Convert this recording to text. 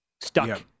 Stuck